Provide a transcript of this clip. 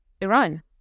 Iran